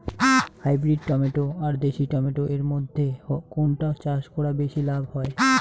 Hybrid tomato আর দেশি tomato এর মইধ্যে কোনটা চাষ করা বেশি লাভ হয়?